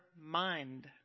mind